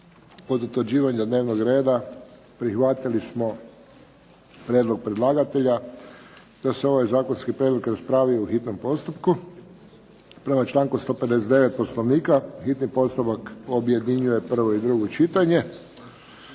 Kod utvrđivanja dnevnog reda prihvatili smo prijedlog predlagatelja da se ovaj zakonski prijedlog raspravi u hitnom postupku. Prema članku 159. Poslovnika hitni postupak objedinjuje prvo i drugo čitanje.